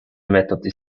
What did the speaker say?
method